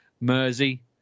Mersey